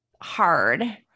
hard